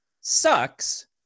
sucks